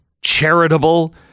charitable